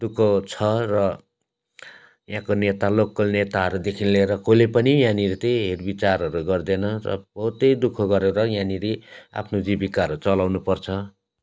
दुःख छ र यहाँको नेता लोकल नेताहरूदेखि लिएर कसैले पनि यहाँनिर चाहिँ हेरविचारहरू गर्दैन र बहुतै दुःख गरेर यहाँनिर आफ्नो जीविकाहरू चलाउनुपर्छ